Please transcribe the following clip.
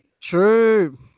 True